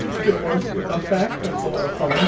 good warp effect! that's a lot of fun.